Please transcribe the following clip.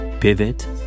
Pivot